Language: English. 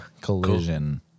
Collision